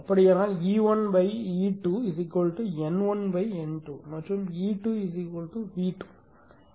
அப்படியானால்E1 E2 N1 N2 மற்றும் E2 V2